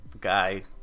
guy